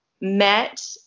met